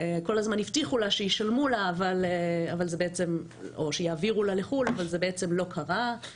כל הזמן הבטיחו לה שישלמו לה או שיעבירו לה לחו"ל אבל זה לא קרה.